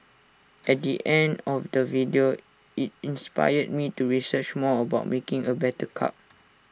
at the end of the video IT inspired me to research more about making A better cup